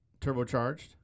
turbocharged